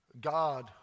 God